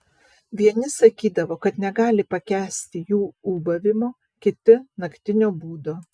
vieni sakydavo kad negali pakęsti jų ūbavimo kiti naktinio būdo